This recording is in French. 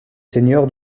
seigneur